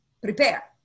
prepare